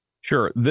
Sure